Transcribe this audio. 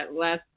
last